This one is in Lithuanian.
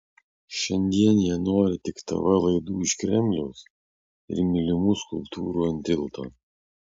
šiandien jie nori tik tv laidų iš kremliaus ir mylimų skulptūrų ant tilto